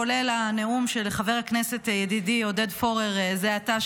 כולל הנאום של חבר הכנסת ידידי עודד פורר זה עתה,